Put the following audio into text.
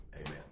amen